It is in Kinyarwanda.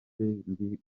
mbi